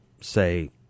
say